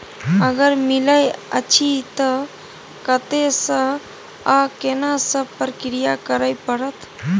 अगर मिलय अछि त कत्ते स आ केना सब प्रक्रिया करय परत?